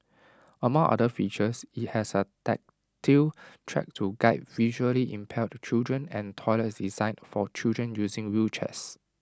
among other features IT has A tactile track to guide visually impaired children and toilets designed for children using wheelchairs